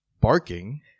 Barking